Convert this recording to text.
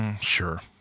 Sure